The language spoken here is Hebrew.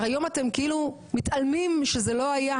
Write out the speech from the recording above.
והיום אתם כאילו מתעלמים שזה לא היה,